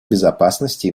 безопасности